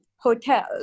hotels